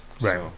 right